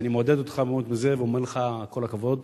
ואני מעודד אותך מאוד בזה ואומר לך כל הכבוד